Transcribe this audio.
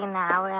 now